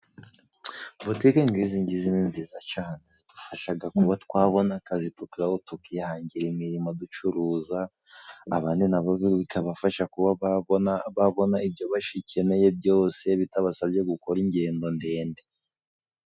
Butike nk’izingizi ni nziza cane, zidufashaga kuba twabona akazi, tukihangira imirimo, ducuruza. Abandi na bo bikabafasha kuba babona ibyo bakeneye byose, bitabasabye gukora ingendo ndende.